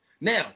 now